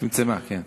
צמצמה, כן.